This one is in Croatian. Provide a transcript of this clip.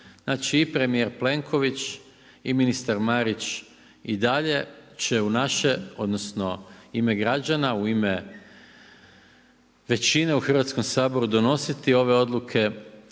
Znači i premijer Plenković i ministar Marić će i dalje će u naše odnosno u ime građana, u ime većine u Hrvatskom saboru donositi ove odluke